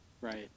right